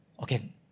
Okay